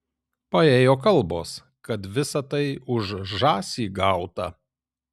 paėjo kalbos kad visa tai už žąsį gauta